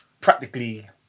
practically